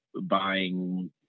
buying